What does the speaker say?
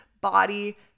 body